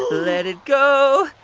let it go.